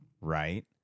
right